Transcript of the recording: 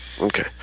Okay